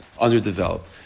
underdeveloped